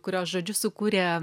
kurios žodžius sukūrė